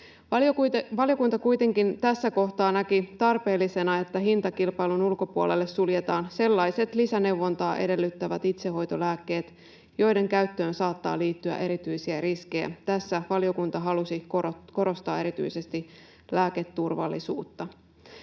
Valiokunta kuitenkin näki tässä kohtaa tarpeellisena, että hintakilpailun ulkopuolelle suljetaan sellaiset lisäneuvontaa edellyttävät itsehoitolääkkeet, joiden käyttöön saattaa liittyä erityisiä riskejä. Tässä valiokunta halusi korostaa erityisesti lääketurvallisuutta.